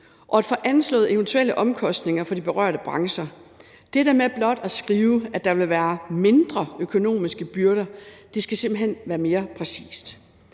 at få anslået eventuelle omkostninger for de berørte brancher. I forhold til det der med blot at skrive, at der vil være mindre, økonomiske byrder, skal det simpelt hen være mere præcist.